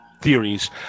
theories